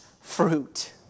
fruit